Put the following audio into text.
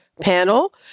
Panel